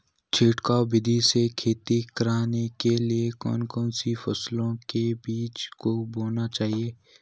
छिड़काव विधि से खेती करने के लिए कौन कौन सी फसलों के बीजों को बोना चाहिए?